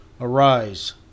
Arise